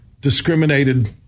discriminated